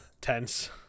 tense